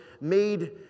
made